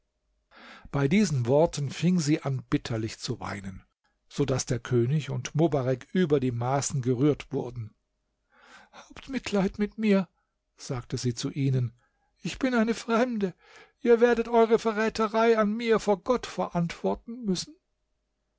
bei diesen worten fing sie an bitterlich zu weinen so daß der könig und mobarek über die maßen gerührt wurden habt mitleid mit mir sagte sie zu ihnen ich bin eine fremde ihr werdet eure verräterei an mir vor gott verantworten müssen